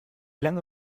lange